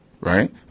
right